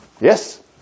yes